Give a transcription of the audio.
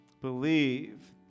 Believe